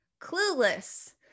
Clueless